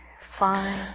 Fine